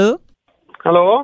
Hello